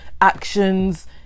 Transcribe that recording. actions